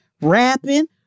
rapping